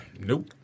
Nope